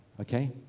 okay